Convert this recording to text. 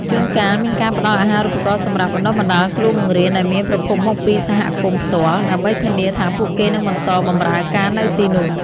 ជួនកាលមានការផ្តល់អាហារូបករណ៍សម្រាប់បណ្តុះបណ្តាលគ្រូបង្រៀនដែលមានប្រភពមកពីសហគមន៍ផ្ទាល់ ដើម្បីធានាថាពួកគេនឹងបន្តបម្រើការនៅទីនោះ។